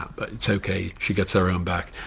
but it's ok, she gets her own back.